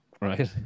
right